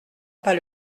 pas